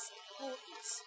importance